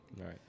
right